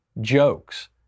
jokes